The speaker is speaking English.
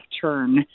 turn